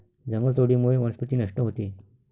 जंगलतोडीमुळे वनस्पती नष्ट होते